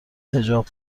حجاب